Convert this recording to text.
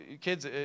kids